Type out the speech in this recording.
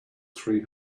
three